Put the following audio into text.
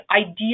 idea